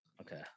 Okay